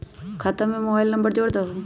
खाता में mobile number जोड़ दहु?